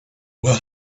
were